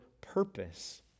purpose